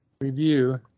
review